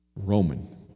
Roman